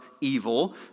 evil